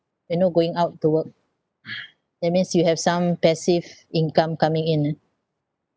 you're not going out to work that means you have some passive income coming in ah